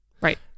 Right